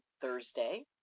Thursday